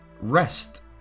rest